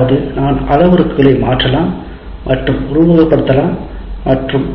அதாவது நான் அளவுருக்களை மாற்றலாம் மற்றும் உருவகப்படுத்தலாம் மற்றும்